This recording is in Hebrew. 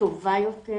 טובה יותר